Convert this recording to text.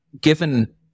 given